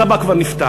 הסבא כבר נפטר,